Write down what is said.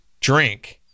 drink